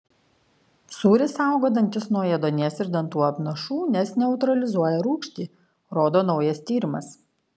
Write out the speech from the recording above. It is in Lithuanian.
sūris saugo dantis nuo ėduonies ir dantų apnašų nes neutralizuoja rūgštį rodo naujas tyrimas